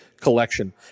collection